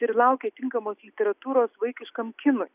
ir laukė tinkamos literatūros vaikiškam kinui